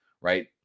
right